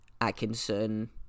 Atkinson